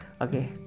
Okay